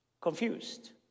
confused